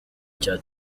cya